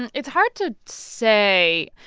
and it's hard to say.